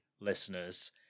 listeners